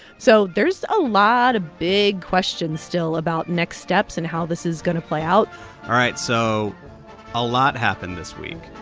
so there's a lot of big questions still about next steps and how this is going to play out all right. so a lot happened this week.